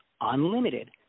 unlimited